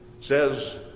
says